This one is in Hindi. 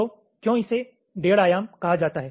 तो क्यों इसे डेढ़ आयाम कहा जाता है